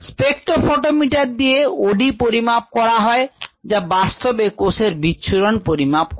spectrophotometer দিয়ে OD পরিমাপ করা হয় যা বাস্তবে কোষের বিচ্ছুরণ পরিমাপ করে